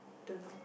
don't know